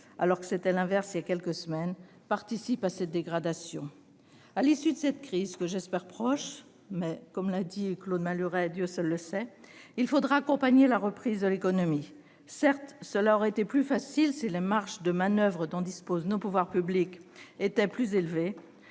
alors que c'était l'inverse voilà quelques semaines -participe à cette dégradation. À l'issue de cette crise, que j'espère prochaine- mais, comme l'a dit Claude Malhuret, Dieu seul le sait ...-, il faudra accompagner la reprise de l'économie, ce qui, certes, aurait été plus facile si les marges de manoeuvre dont disposent nos pouvoirs publics étaient plus élevées.